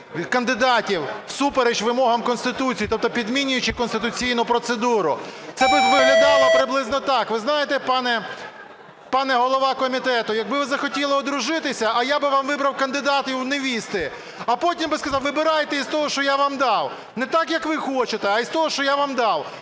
кандидатів всупереч вимогам Конституції, тобто підмінюючі конституційну процедуру. Це би виглядало приблизно так: ви знаєте, пане голова комітету, якби ви захотіли одружитися, а я би вам вибрав кандидатів у невести, а потім би сказав "вибирайте із того, що я вам дав, не так, як ви хочете, а із того, що я вам дав".